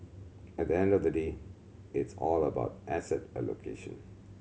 at the end of the day it's all about asset allocation